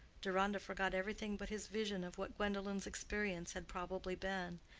deronda forgot everything but his vision of what gwendolen's experience had probably been,